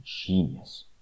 genius